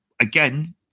again